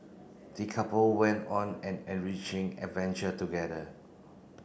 the couple went on an enriching adventure together